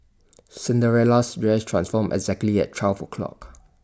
Cinderella's dress transformed exactly at twelve o' clock